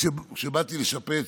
כשבאתי לשפץ,